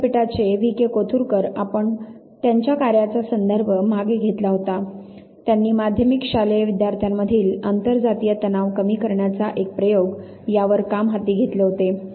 पुणे विद्यापीठाचे V K Kothurkar आपण त्यांच्या कार्याचा संदर्भ मागे घेतला होता त्यांनी "माध्यमिक शालेय विद्यार्थ्यांमधील आंतरजातीय तणाव कमी करण्याचा एक प्रयोग" यावर काम हाती घेतले होते